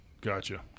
Gotcha